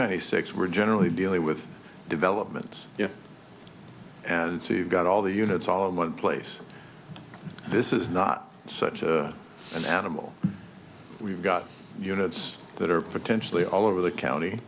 ninety six we're generally dealing with development and so you've got all the units all in one place this is not such an animal we've got units that are potentially all over the county